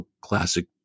classic